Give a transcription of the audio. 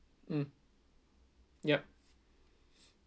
mm yup